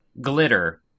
glitter